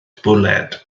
bwled